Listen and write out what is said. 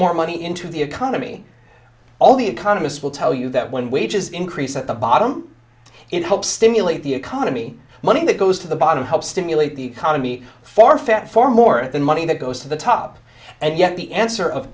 more money into the economy all the economists will tell you that when wages increase at the bottom it helps stimulate the economy money that goes to the bottom helps stimulate the economy for fat for more than money that goes to the top and yet the answer of